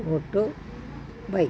auto bike